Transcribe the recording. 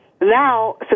now